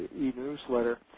e-newsletter